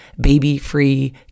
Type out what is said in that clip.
baby-free